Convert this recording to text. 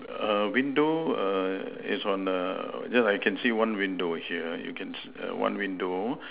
err window err is on the ya I can see one window here err one window